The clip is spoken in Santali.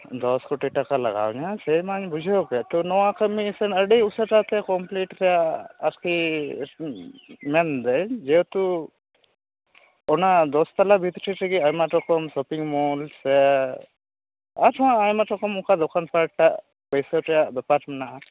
ᱫᱚᱥ ᱠᱳᱴᱤ ᱴᱟᱠᱟ ᱞᱟᱜᱟᱣᱤᱧᱟᱹ ᱥᱮ ᱢᱟᱹᱧ ᱵᱩᱡᱷᱟᱹᱣ ᱠᱮᱫ ᱛᱚ ᱱᱚᱣᱟ ᱠᱟᱹᱢᱤ ᱤᱠᱷᱟᱹᱱ ᱟᱹᱰᱤ ᱩᱥᱟᱹᱨᱟ ᱛᱮ ᱠᱳᱢᱯᱞᱤᱴ ᱨᱮᱭᱟᱜ ᱟᱨᱠᱤ ᱢᱮᱱᱫᱟᱹᱧ ᱡᱮᱦᱮᱛᱩ ᱚᱱᱟ ᱫᱚᱥ ᱛᱟᱞᱟ ᱵᱷᱤᱛᱨᱤ ᱨᱮᱜᱮ ᱟᱭᱢᱟ ᱨᱚᱠᱚᱢ ᱥᱚᱯᱤᱝᱢᱚᱞ ᱥᱮ ᱟᱪᱪᱷᱟ ᱟᱭᱢᱟ ᱨᱚᱠᱚᱢ ᱚᱠᱟ ᱫᱚᱠᱟᱱ ᱯᱟᱴ ᱵᱟᱹᱭᱥᱟᱹᱣ ᱨᱮᱭᱟᱜ ᱵᱮᱯᱟᱨ ᱢᱮᱱᱟᱜᱼᱟ